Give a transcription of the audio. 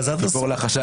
לא, להיפך.